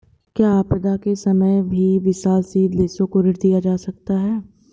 क्या आपदा के समय भी विकासशील देशों को ऋण दिया जाता है?